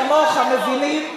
כמוך מבינים,